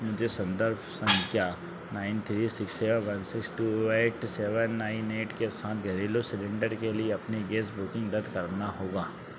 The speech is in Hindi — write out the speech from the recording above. मुझे संदर्भ संख्या nine three six seven one six two eight seven nine eight के साथ घरेलू सिलिंडर के लिए अपनी गैस बुकिंग रद्द करना होगा